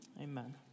Amen